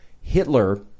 Hitler